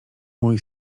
mój